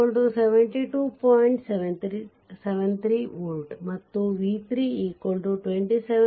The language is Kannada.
73 volt ಮತ್ತು v3 27